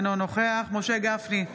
אינו נוכח משה גפני,